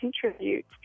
contribute